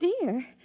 dear